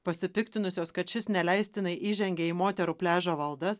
pasipiktinusios kad šis neleistinai įžengė į moterų pliažo valdas